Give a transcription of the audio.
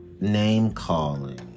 name-calling